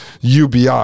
UBI